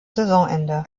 saisonende